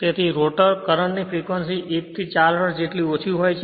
તેથી કે rotor current ની ફ્રેક્વંસી1 થી 4 હર્ટ્ઝ જેટલી ઓછી છે